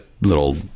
little